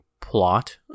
plot